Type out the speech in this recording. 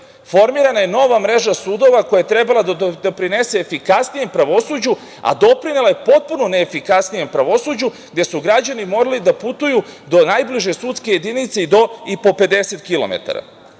formirana je nova mreža sudova koja je trebalo da doprinese efikasnijem pravosuđu, a doprinela je potpuno neefikasnijem pravosuđu, gde su građani morali da putuju do najbliže sudske jedinice i po 50 kilometara.